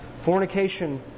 fornication